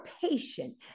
patient